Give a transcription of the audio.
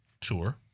tour